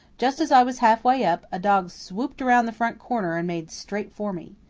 just as i was half-way up, a dog swooped around the front corner and made straight for me.